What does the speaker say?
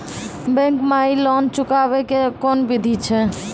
Bank माई loan चुकाबे के कोन बिधि छै?